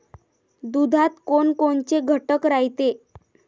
दुधात कोनकोनचे घटक रायते?